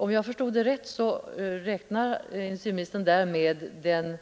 Om jag förstod det rätt räknade industriministern då med den